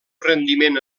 rendiment